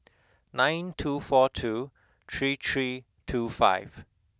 nine two four two three three two five